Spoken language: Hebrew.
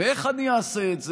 ואיך אני אעשה את זה?